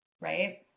Right